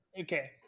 Okay